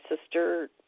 sister